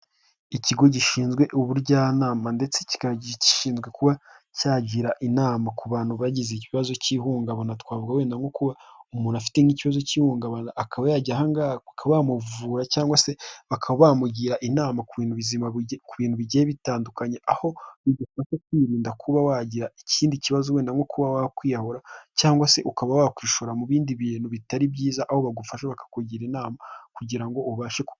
Ikigo gishinzwe ubujyanama, ndetse kikaba gishinzwe kuba cyagira inama ku bantu bagize ikibazo cy'ihungabana, twavuga wenda nko kuba umuntu afite nk'ikibazo cy'ihungabana, akaba yajya ahangaha bakaba bamuvura cyangwa se bakaba bamugira inama ku bintu bizima ku bintu bigiye bitandukanye, aho bimufasha kwirinda kuba wagira ikindi kibazo wenda nko kuba wakwiyahura, cyangwa se ukaba wakwishora mu bindi bintu bitari byiza, aho bagufasha bakakugira inama kugira ubashe ku.